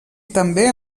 també